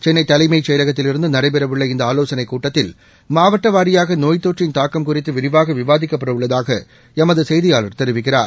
சென்னைதலைமைச் செயலகத்திலிருந்துநடைபெறவுள்ள இந்தஆலோசனைக் கூட்டத்தில் மாவட்டவாரியாகநோய் தொற்றின் தாக்கம் குறித்துவிரிவாகவிவாதிக்கப்படஉள்ளதாகஎமதுசெய்தியாளர் தெரிவிக்கிறார்